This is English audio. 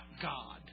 God